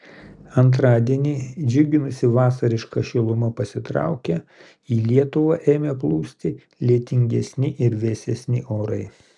antradienį džiuginusi vasariška šiluma pasitraukė į lietuvą ėmė plūsti lietingesni ir vėsesni orai